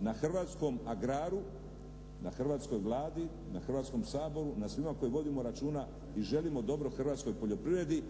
na Hrvatskom agraru, na hrvatskoj Vladi, na Hrvatskom saboru, na svima koji vodimo računa i želimo dobro hrvatskoj poljoprivredi,